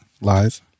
live